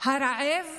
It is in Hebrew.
הרעב